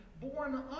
born